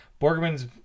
Borgman's